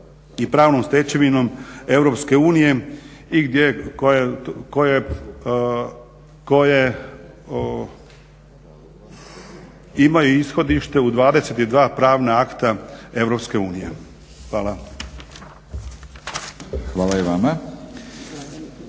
i pravnom stečevinom EU i gdje, koje imaju ishodište u 22 pravna akta EU. Hvala vam.